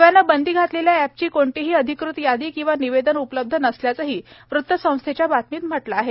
नव्यानं बंदी घातलेल्या एपची कोणतीही अधिकृत यादी किंवा निवेदन उपलब्ध नसल्याचंही वृतसंस्थेच्या बातमीत म्हटलं आहे